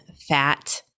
fat